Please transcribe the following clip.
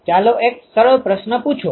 ચાલો એક સરળ પ્રશ્ન પૂછો